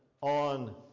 on